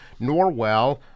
Norwell